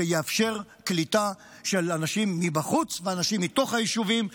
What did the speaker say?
שיאפשרו קליטה של אנשים מבחוץ ואנשים מתוך היישובים,